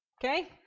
Okay